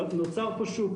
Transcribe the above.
נוצר פה שוק,